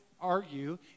argue